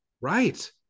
Right